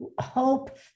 hope